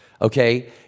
Okay